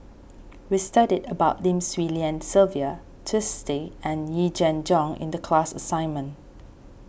we studied about Lim Swee Lian Sylvia Twisstii and Yee Jenn Jong the class assignment